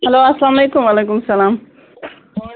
hello اسلام علیکُم وعلیکُم سلام